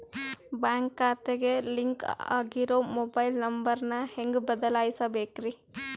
Bank ಖಾತೆಗೆ link ಆಗಿರೋ mobile number ನ ಹೆಂಗ್ ಬದಲಿಸಬೇಕ್ರಿ?